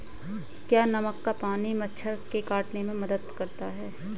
क्या नमक का पानी मच्छर के काटने में मदद करता है?